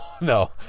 no